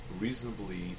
reasonably